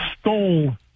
stole